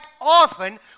often